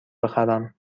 بخرم